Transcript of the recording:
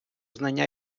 знання